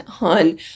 on